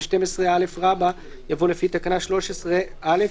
במקום "לפי תקנה 13(א}(1)